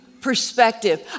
perspective